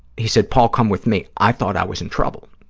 he said, paul, come with me, i thought i was in trouble.